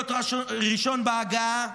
להיות ראשון בהגעה.